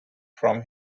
from